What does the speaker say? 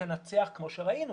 תנצח כמוש ראינו